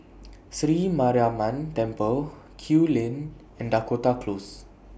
Sri Mariamman Temple Kew Lane and Dakota Close